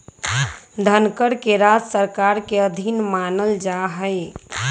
धनकर के राज्य सरकार के अधीन मानल जा हई